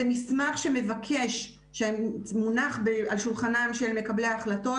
זה מסמך שמונח על שולחנם של מקבלי ההחלטות.